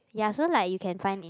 ya so like you can find in